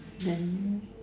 then